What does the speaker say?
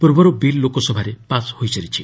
ପୂର୍ବରୁ ବିଲ୍ ଲୋକସଭାରେ ପାସ୍ ହୋଇସାରିଛି